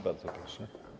Bardzo proszę.